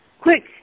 Quick